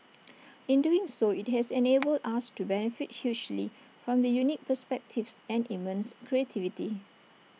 in doing so IT has enabled us to benefit hugely from the unique perspectives and immense creativity